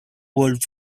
world